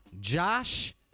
Josh